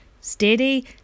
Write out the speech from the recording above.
steady